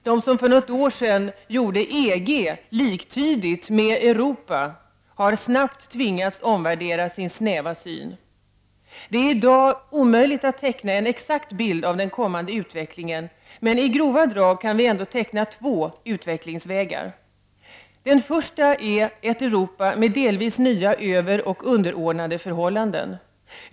De som för något år sedan gjorde EG liktydigt med Europa har snabbt tvingats omvärdera sin snäva syn. Det är i dag omöjligt att teckna en exakt bild av den kommande utvecklingen, men i grova drag kan vi ändå teckna två utvecklingsvägar. Den första är ett Europa med delvis nya överoch underordnade förhållanden.